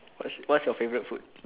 what's what's your favourite food